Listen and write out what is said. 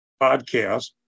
podcast